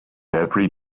every